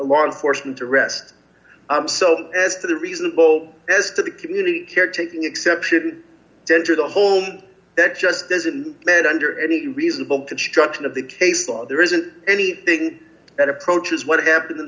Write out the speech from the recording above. law enforcement arrest so as to the reasonable as to the community care taking exception to enter the home that just doesn't and under any reasonable construction of the case law there isn't anything that approaches what happened in